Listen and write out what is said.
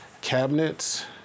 cabinets